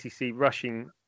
rushing